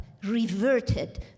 reverted